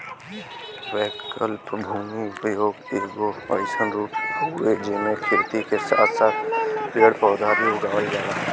वैकल्पिक भूमि उपयोग के एगो अइसन रूप हउवे जेमे खेती के साथ साथ पेड़ पौधा भी उगावल जाला